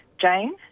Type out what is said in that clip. Jane